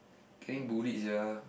getting bullied !sia!